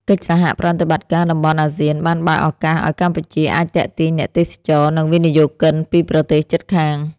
កិច្ចសហប្រតិបត្តិការតំបន់អាស៊ានបានបើកឱកាសឱ្យកម្ពុជាអាចទាក់ទាញអ្នកទេសចរ និងវិនិយោគិនពីប្រទេសជិតខាង។